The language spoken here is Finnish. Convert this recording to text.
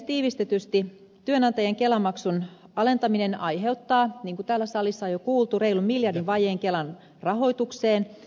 tiivistetysti työnantajien kelamaksun alentaminen aiheuttaa niin kuin täällä salissa on jo kuultu reilun miljardin vajeen kelan rahoitukseen